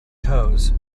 toes